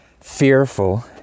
fearful